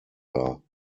war